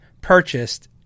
purchased